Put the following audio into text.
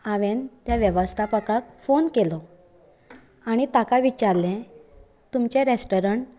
हांवेन ते वेवस्थापकाक फोन केलो आनी ताका विचारले तुमचे रॅस्टोरंट